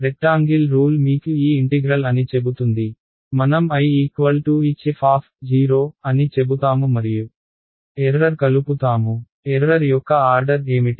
rectangle rule మీకు ఈ integral అని చెబుతుంది మనం Ihf అని చెబుతాము మరియు ఎర్రర్ కలుపుతాము ఎర్రర్ యొక్క ఆర్డర్ ఏమిటి